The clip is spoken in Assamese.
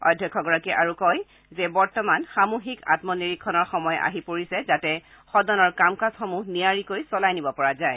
অধ্যক্ষগৰাকীয়ে আৰু কয় যে বৰ্তমান সামূহিক আমনিৰীক্ষণৰ সময় আহি পৰিছে যাতে সদনৰ কাম কাজসমূহ নিয়াৰিকৈ চলাই নিব পৰা যায়